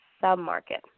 sub-market